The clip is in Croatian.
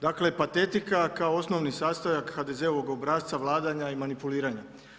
Dakle patetika kao osnovni sastojak HDZ-ovog obrasca vladanja i manipuliranja.